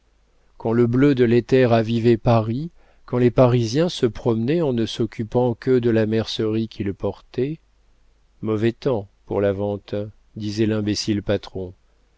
quand le bleu de l'éther avivait paris quand les parisiens se promenaient en ne s'occupant que de la mercerie qu'ils portaient mauvais temps pour la vente disait l'imbécile patron